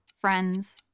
friends